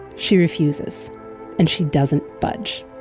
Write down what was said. she refuses and she doesn't budge.